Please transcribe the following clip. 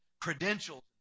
credentials